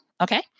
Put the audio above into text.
Okay